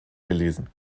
gelesen